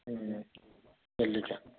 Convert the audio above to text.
മ്മ് നെല്ലിക്ക